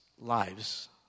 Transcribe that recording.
lives